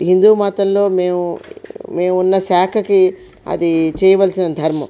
హిందూమతల్లో మేము మేమున్న శాఖకి అది చేయవలసిన ధర్మం